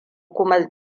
kuma